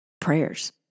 prayers